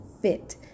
fit